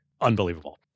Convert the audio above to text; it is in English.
Unbelievable